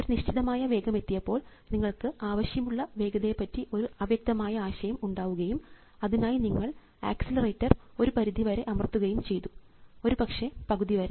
ഒരു നിശ്ചിതമായ വേഗം എത്തിയപ്പോൾ നിങ്ങൾക്ക് ആവശ്യമുള്ള വേഗതയെ പറ്റി ഒരു അവ്യക്തമായ ആശയം ഉണ്ടാവുകയും അതിനായി നിങ്ങൾ ആക്സിലറേറ്റർ ഒരു പരിധിവരെ അമർത്തുകയും ചെയ്തു ഒരുപക്ഷേ പകുതിവരെ